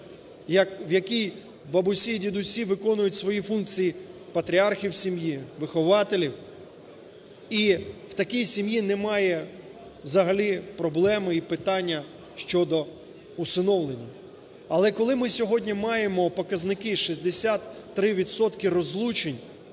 в якій бабусі й дідусі виконують свої функції патріархів в сім'ї, вихователів і в такій сім'ї немає взагалі проблеми і питання щодо усиновлення. Але коли ми сьогодні маємо показники 63 відсотки розлучень,